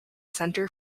center